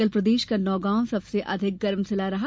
कल प्रदेश का नौगांव सबसे अधिक गर्म जिला रहा